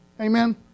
Amen